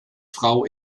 frau